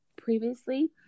previously